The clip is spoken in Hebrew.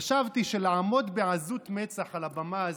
חשבתי שלעמוד בעזות מצח על הבמה הזו,